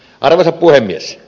arvoisa puhemies